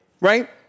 Right